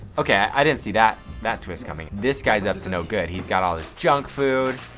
okay, i didn't see that that twist coming. this guy's up to no good. he's got all his junk food.